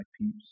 peeps